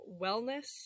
wellness